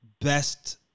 best